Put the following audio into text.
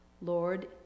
Lord